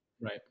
right